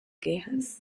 quejas